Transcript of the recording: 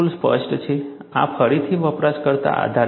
આ ફરીથી વપરાશકર્તા આધારિત છે